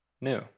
new